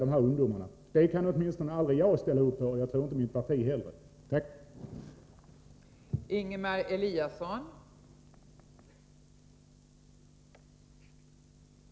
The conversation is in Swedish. En sådan politik kan åtminstone jag aldrig ställa mig bakom — och jag tror inte heller att mitt parti kan göra det.